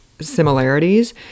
similarities